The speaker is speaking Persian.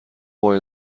باید